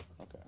Okay